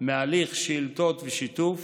מהליך שאילתות ושיתוף